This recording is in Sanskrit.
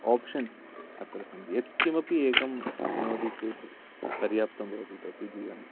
ओप्षन्स् अत्र सन्ति यत्किमपि एकं चिनोति चेत् पर्याप्तं भवति तस्य जीवने